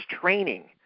training